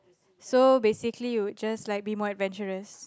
so basically you would just like be more adventurous